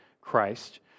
Christ